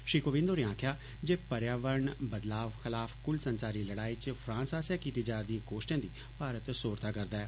श्री कोविंद होरें आक्खेया जे पर्यावरण बदलाव खलाफ कुल संसारी लड़ाई च फ्रांस आस्सेया कीत्ती जा'र दियें कोष्ओं दी भारत सोहरता करदा ऐ